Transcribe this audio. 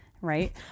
Right